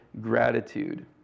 gratitude